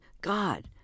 God